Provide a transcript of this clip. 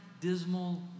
dismal